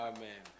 Amen